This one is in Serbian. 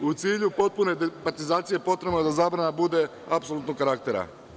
U cilju potpune departizacije potrebno je da zabrana bude apsolutnog karaktera.